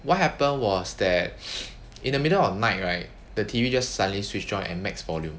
what happened was that in the middle of the night right the T_V just suddenly switched on and max volume